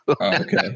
Okay